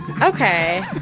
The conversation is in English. Okay